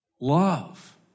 Love